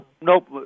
nope